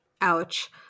ouch